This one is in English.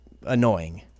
annoying